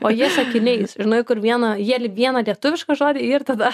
o jie sakiniais žinai kur vieną jie vieną lietuvišką žodį ir tada